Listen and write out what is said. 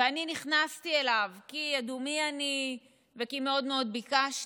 ואני נכנסתי אליו כי ידעו מי אני וכי מאוד מאוד ביקשתי,